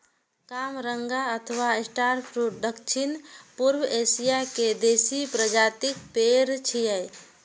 कामरंगा अथवा star fruit दक्षिण पूर्वी एशिया के देसी प्रजातिक पेड़ छियै